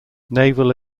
naval